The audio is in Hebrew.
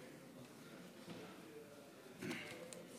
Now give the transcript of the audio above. שלוש דקות.